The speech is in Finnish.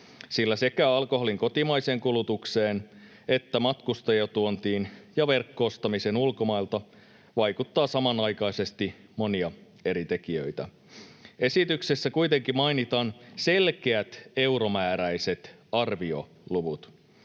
sillä sekä alkoholin kotimaiseen kulutukseen että matkustajatuontiin ja verkko-ostamiseen ulkomailta vaikuttaa samanaikaisesti monia eri tekijöitä. Esityksessä kuitenkin mainitaan selkeät euromääräiset arvioluvut.